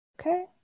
Okay